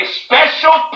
special